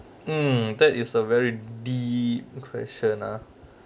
mm that is a very deep question ah